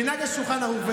מנהג השולחן הערוך,